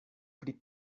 pri